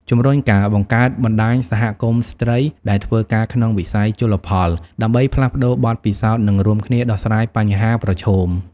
ជំរុញការបង្កើតបណ្ដាញសហគមន៍ស្ត្រីដែលធ្វើការក្នុងវិស័យជលផល ដើម្បីផ្លាស់ប្ដូរបទពិសោធន៍ និងរួមគ្នាដោះស្រាយបញ្ហាប្រឈម។